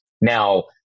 Now